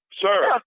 Sir